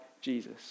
Jesus